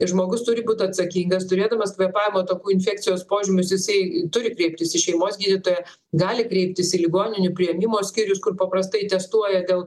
žmogus turi būt atsakingas turėdamas kvėpavimo takų infekcijos požymius jisai turi kreiptis į šeimos gydytoją gali kreiptis į ligoninių priėmimo skyrius kur paprastai testuoja dėl